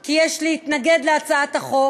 כי יש להתנגד להצעת החוק